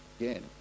again